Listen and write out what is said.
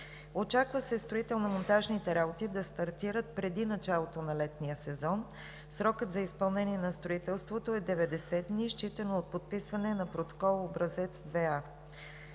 Очаква се строително-монтажните работи да стартират преди началото на летния сезон. Срокът за изпълнение на строителството е 90 дни, считано от подписване на протокол Образец №